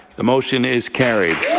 the motion is carried.